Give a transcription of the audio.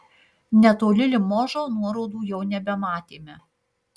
netoli limožo nuorodų jau nebematėme